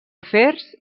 afers